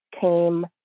came